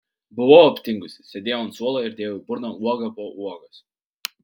buvau aptingusi sėdėjau ant suolo ir dėjau į burną uogą po uogos